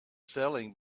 selling